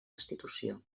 destitució